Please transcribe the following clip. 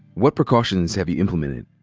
what precautions have you implemented?